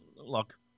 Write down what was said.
look